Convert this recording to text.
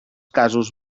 casos